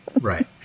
Right